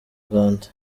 rwanda